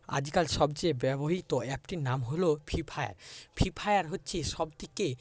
আজকাল সবচেয়ে ব্যবহৃত অ্যাপটির নাম হলো ফ্রি ফায়ার ফ্রি ফায়ার হচ্ছে সবথেকে